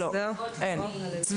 אין.